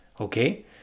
Okay